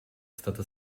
stata